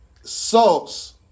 Sauce